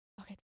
Okay